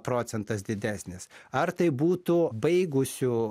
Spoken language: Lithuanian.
procentas didesnis ar tai būtų baigusių